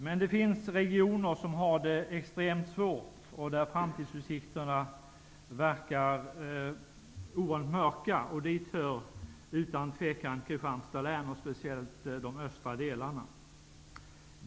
Men det finns regioner som har det extremt svårt och där det vad gäller framtidsutsikterna ser oerhört mörkt ut. Det gäller utan tvivel Kristianstads län, speciellt de östra delarna.